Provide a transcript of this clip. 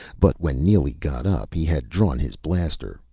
but when neely got up, he had drawn his blaster,